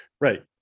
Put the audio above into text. Right